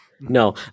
No